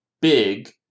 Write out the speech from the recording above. big